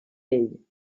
ell